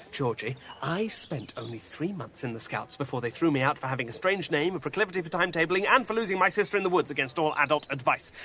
georgie i spent only three months in the scouts before they threw me out for having a strange name, a proclivity for time-tabling, and for losing my sister in the woods against all adult advice.